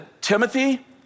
Timothy